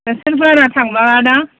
नोंसोर बारा थांबाङा दां